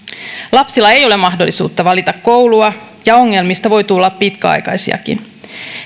lapsilla ei ole mahdollisuutta valita koulua ja ongelmista voi tulla pitkäaikaisiakin